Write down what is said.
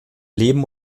leben